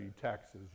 taxes